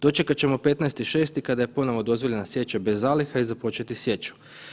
Dočekat ćemo 15.6. kada je ponovno dozvoljena sječa bez zaliha i započeti sječu.